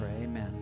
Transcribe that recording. amen